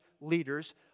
leaders